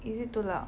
is it too loud